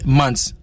months